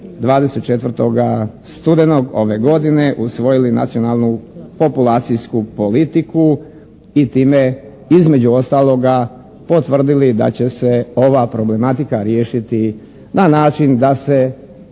24. studenog ove godine usvojili Nacionalnu populacijsku politiku i time između ostaloga potvrdili da će se ova problematika riješiti na način da se